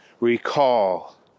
Recall